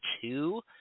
two